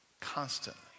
constantly